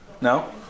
No